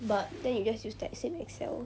then you just use that same excel